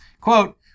Quote